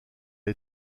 est